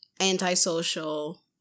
antisocial